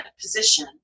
position